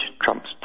trumps